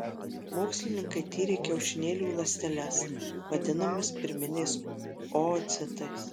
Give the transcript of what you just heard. mokslininkai tyrė kiaušinėlių ląsteles vadinamas pirminiais oocitais